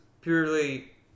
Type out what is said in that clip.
purely